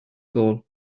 goal